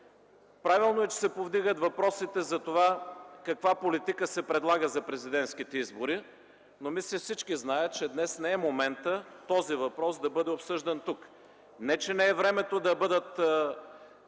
Правилно се повдигат въпросите за това каква политика се предлага за президентските избори, но мисля всички знаят, че днес не е моментът този въпрос да бъде обсъждан тук. Не че не е времето да бъдат